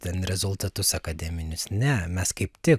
ten rezultatus akademinius ne mes kaip tik